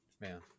Man